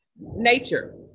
Nature